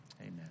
amen